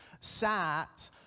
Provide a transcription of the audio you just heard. sat